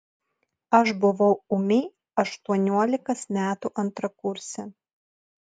aš buvau ūmi aštuoniolikos metų antrakursė